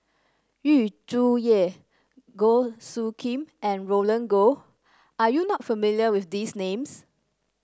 Yu Zhuye Goh Soo Khim and Roland Goh are you not familiar with these names